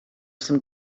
some